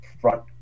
front